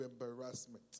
embarrassment